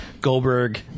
Goldberg